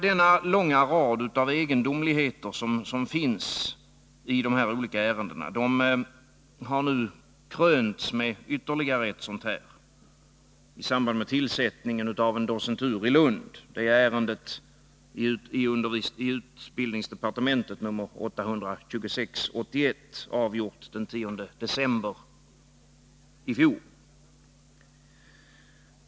Den långa rad av egendomligheter som kan konstateras i de olika ärendena har nu krönts med ytterligare ett egendomligt fall. Det gäller tillsättningen av en docentur i Lund. Det ärendet har nr 826/81 och avgjordes i utbildningsdepartementet den 10 december i fjol.